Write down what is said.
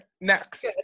next